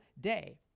day